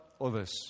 Others